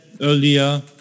earlier